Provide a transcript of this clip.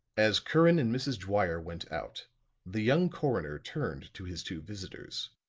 as curran and mrs. dwyer went out the young coroner turned to his two visitors.